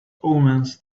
omens